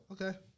Okay